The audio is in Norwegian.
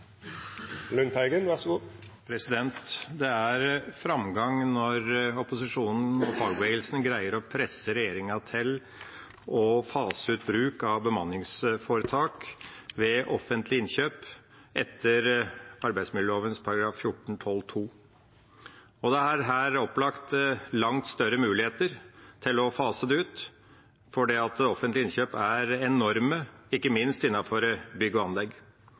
framgang når opposisjonen og fagbevegelsen greier å presse regjeringa til å fase ut bruk av bemanningsforetak ved offentlig innkjøp etter arbeidsmiljøloven § 14-12 . Det er her opplagt langt større muligheter til å fase det ut, for offentlige innkjøp er enorme, ikke minst innenfor bygg og anlegg.